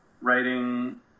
writing